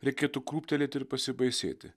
reikėtų krūptelėti ir pasibaisėti